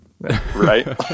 Right